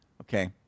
Okay